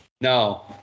No